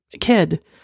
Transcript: kid